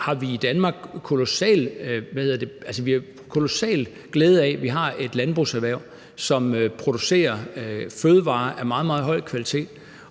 generelt har kolossal glæde af, at vi har et landbrugserhverv, som producerer fødevarer af meget, meget høj kvalitet,